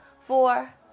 four